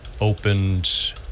Opened